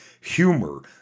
humor